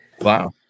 wow